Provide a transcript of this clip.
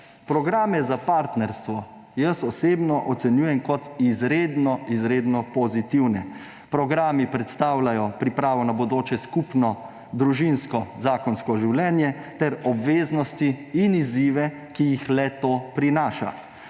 Programe za partnerstvo jaz osebno ocenjujem kot izredno izredno pozitivne. Programi predstavljajo pripravo na bodoče skupno družinsko, zakonsko življenje ter obveznosti in izzive, ki jih le-to prinaša.